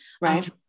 Right